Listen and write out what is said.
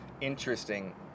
interesting